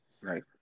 Right